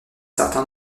certain